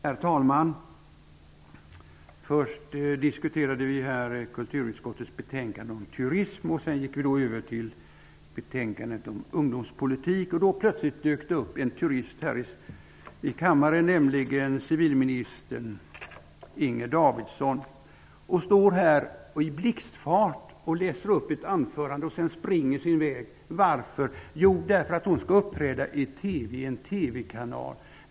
Herr talman! Först diskuterade vi kulturutskottets betänkande om turism. Sedan gick vi över till betänkandet om ungdomspolitik. Då dök det plötsligt upp en turist här i kammaren, nämligen civilminister Inger Davidson. I blixtfart läste hon upp ett anförande och sprang sedan sin väg. Varför? Jo, därför att hon skulle uppträda i TV.